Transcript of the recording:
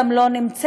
גם לא נמצאת,